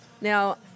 Now